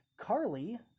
Carly